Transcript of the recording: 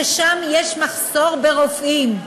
ושם יש מחסור ברופאים.